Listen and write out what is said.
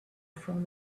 from